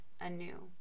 anew